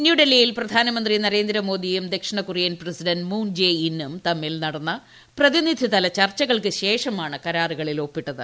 ന്യൂഡൽഹിയിൽ പ്രധാനമന്ത്രി നരേന്ദ്രമോദിയും ദക്ഷിണ കൊറിയൻ പ്രസിഡന്റ് മൂൺ ജെ ഇന്നും തമ്മിൽ നടന്ന പ്രതിനിധിതല ചർച്ചകൾക്ക് ശേഷമാണ് കരാറുകളിൽ ഒപ്പിട്ടത്